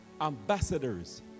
Ambassadors